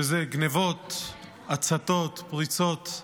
שזה גנבות, הצתות, פריצות,